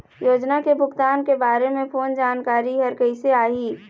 योजना के भुगतान के बारे मे फोन जानकारी हर कइसे आही?